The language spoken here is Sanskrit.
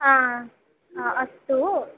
हा अस्तु